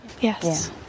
Yes